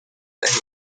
دهید